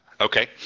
Okay